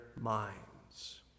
minds